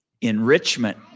Enrichment